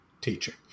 teaching